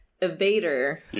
evader